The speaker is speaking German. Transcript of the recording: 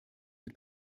mit